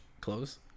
Close